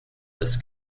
this